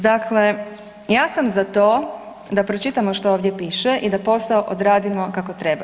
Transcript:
Dakle, ja sam za to da pročitamo što ovdje piše i da posao odradimo kako treba.